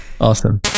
Awesome